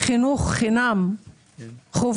חינוך חובה חינם ושווה,